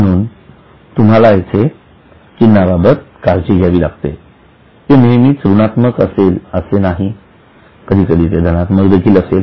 म्हणून तुम्हाला इथे चिन्हाबाबत काळजी घ्यावी लागते ते नेहमीच ऋणात्मक असेल असे नाही कधी कधी ते धनात्मक देखील असेल